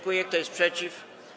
Kto jest przeciw?